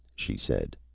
she said.